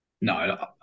no